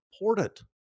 important